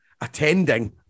attending